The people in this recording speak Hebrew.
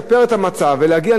הציבור כבר לא קנה את זה.